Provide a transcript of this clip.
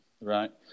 right